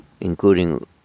including